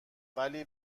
ولی